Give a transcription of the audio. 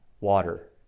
water